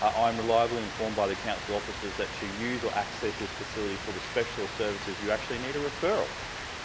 i am reliably informed by the council officers that to use or access this facility for the specialist services, you actually need a referral